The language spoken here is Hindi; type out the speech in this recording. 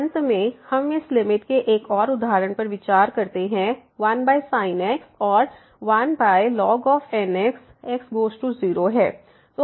अंत में हम इस लिमिट के एक और उदाहरण पर विचार करते हैं 1sin x और 1n x x goes to 0 है